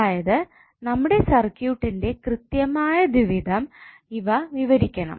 അതായത് നമ്മുടെ സർക്യൂട്ടിന്റെ കൃത്യമായ ദ്വിവിധം ഇവ വിവരിക്കണം